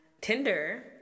Tinder